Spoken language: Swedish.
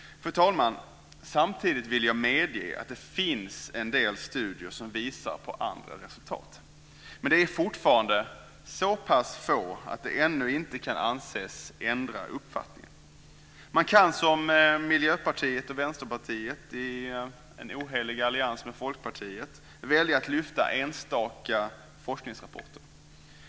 Fru talman! Samtidigt vill jag medge att det finns en del studier som visar på andra resultat. Men de är fortfarande så pass få att de ännu inte kan anses ändra uppfattningen. Man kan som Miljöpartiet och Vänsterpartiet i en ohelig allians med Folkpartiet välja att lyfta fram enstaka forskningsrapporter.